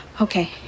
Okay